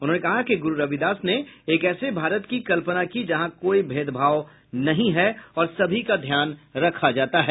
उन्होंने कहा कि गुरू रविदास ने एक ऐसे भारत की कल्पना की जहां कोई भेदभाव नहीं है और सभी का ध्यान रखा जाता है